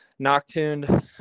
noctuned